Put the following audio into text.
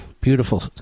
beautiful